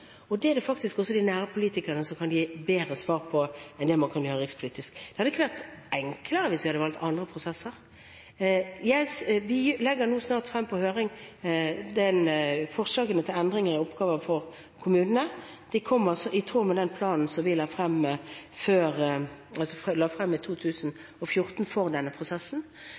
og det er det faktisk også de nære politikerne som kan gi bedre svar på enn det man kan gjøre rikspolitisk. Det hadde ikke vært enklere hvis vi hadde valgt andre prosesser. Vi legger nå snart frem på høring forslagene til endring i oppgaver for kommunene. De kommer i tråd med den planen som vi la frem i 2014 for denne prosessen.